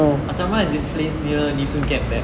asrama is this place near nee soon camp there